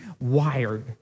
wired